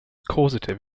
causative